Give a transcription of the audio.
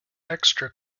extra